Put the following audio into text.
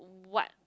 what